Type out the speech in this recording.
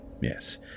Yes